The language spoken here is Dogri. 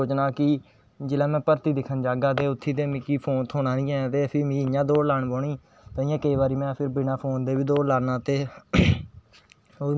चरित्तरें गी बनाना जियां कोई पानी पिया दा कोई पानी गी पानी दा इस्तेमाल करा दा अच्छी तरे खेत तरां तरां दे बूह्टे बनाना